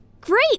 Great